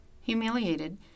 Humiliated